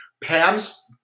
pam's